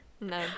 No